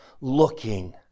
looking